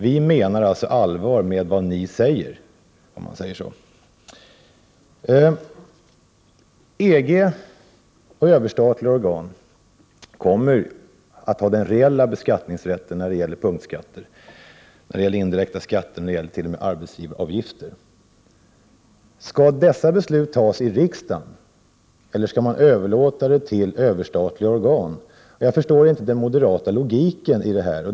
Vi menar alltså, så att säga, allvar med det som ni säger. EG och överstatliga organ kommer att ha den reella beskattningsrätten när det gäller punktskatter, indirekta skatter och t.o.m. arbetsgivaravgifter. Skall beslut härom tas i riksdagen, eller skall man överlåta dem till överstatliga organ? Jag förstår inte den moderata logiken på denna punkt.